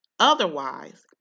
Otherwise